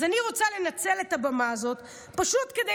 אז אני רוצה לנצל את הבמה הזאת פשוט כדי